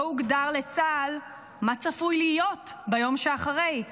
לא הוגדר לצה"ל מה צפוי להיות ביום שאחרי,